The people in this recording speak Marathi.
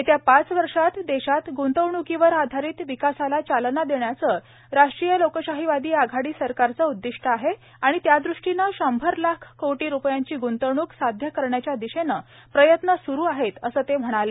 येत्या पाच वर्षात देशात ग्रंतवण्कीवर आधारित विकासाला चालना देण्याचं रालोआ सरकारचं उद्दिष्ट आहे आणि त्यादृष्टीनं शंभर लाख कोटी रुपयांची ग्रंतवणूक साध्य करण्याच्या दिशेनं प्रयत्न सूरु आहेत असं ते म्हणाले